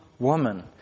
Woman